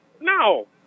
no